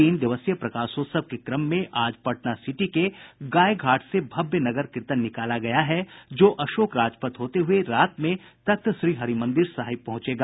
तीन दिवसीय प्रकाशोत्सव के क्रम में आज पटना सिटी के गायघाट से भव्य नगर कीर्तन निकाला गया है जो अशोक राजपथ होते हुए रात में तख्त श्री हरिमंदिर साहिब पहुंचेगा